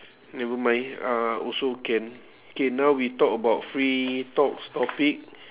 never mind uh also can K now we talk about free talks topic